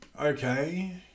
okay